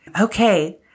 Okay